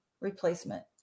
replacement